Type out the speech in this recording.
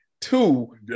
Two